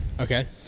Okay